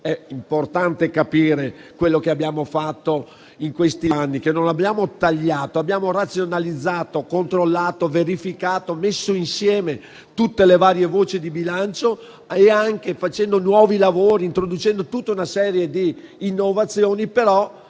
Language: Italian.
È importante capire quello che abbiamo fatto in questi anni; non abbiamo tagliato, ma razionalizzato, controllato, verificato, messo insieme tutte le varie voci di bilancio, facendo nuovi lavori e introducendo una serie di innovazioni con